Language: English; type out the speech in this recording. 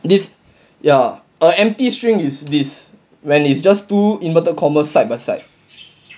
this ya a empty string is this when it's just two inverted commas side by side